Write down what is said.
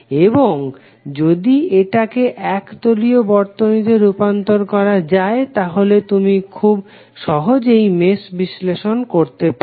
এবং যদি এটাকে এক তলীয় বর্তনীতে রূপান্তর করা যায় তাহলে তুমি সহজেই মেশ বিশ্লেষণ করতে পারো